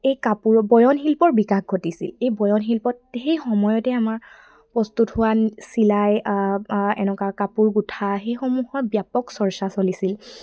এই কাপোৰ বয়নশিল্পৰ বিকাশ ঘটিছিল এই বয়নশিল্পত সেই সময়তে আমাৰ প্ৰস্তুত হোৱা চিলাই এনেকুৱা কাপোৰ গোঠা সেইসমূহৰ ব্যাপক চৰ্চা চলিছিল